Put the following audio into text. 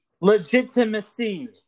Legitimacy